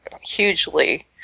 hugely